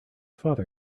father